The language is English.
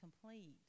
complete